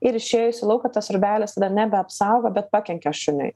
ir išėjus į lauką tas rūbelis dar nebeapsaugo bet pakenkia šuniui